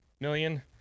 million